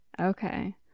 Okay